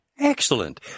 Excellent